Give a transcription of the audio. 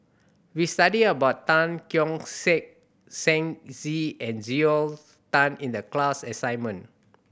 we studied about Tan Keong Saik Shen Xi and Joel Tan in the class assignment